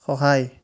সহায়